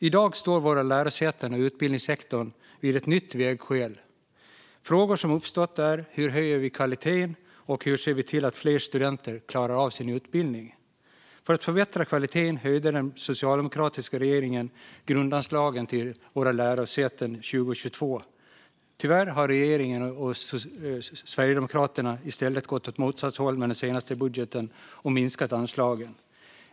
I dag står dock våra lärosäten och utbildningssektorn vid ett nytt vägskäl med frågor som har uppstått: Hur höjer vi kvaliteten, och hur ser vi till att fler studenter klarar av sin utbildning? För att förbättra kvaliteten höjde den socialdemokratiska regeringen grundanslagen till våra lärosäten år 2022. Tyvärr har regeringen och Sverigedemokraterna i stället gått åt motsatt håll med den senaste budgeten och minskat anslagen.